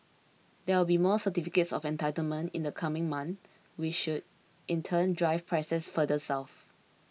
there will be more certificates of entitlement in the coming months which should in turn drive prices further south